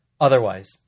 otherwise